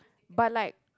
but like